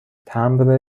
تمبر